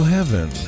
Heaven